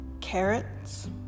Carrots